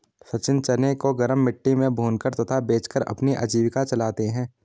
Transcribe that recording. सचिन चने को गरम मिट्टी में भूनकर तथा बेचकर अपनी आजीविका चलाते हैं